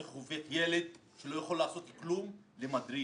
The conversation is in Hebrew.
איך הופך ילד שלא יכול לעשות כלום למדריך,